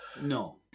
No